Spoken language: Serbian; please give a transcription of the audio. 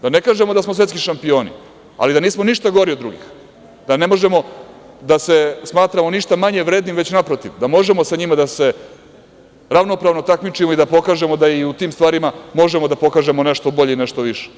Da ne kažemo da smo svetski šampioni, ali da nismo ništa gori od drugih, da ne možemo da se smatramo ništa manje vrednim, već naprotiv, da možemo sa njima da se ravnopravno takmičimo i da pokažemo da i u tim stvarima možemo da pokažemo nešto bolje i nešto više.